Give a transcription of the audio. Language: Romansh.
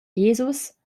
jesus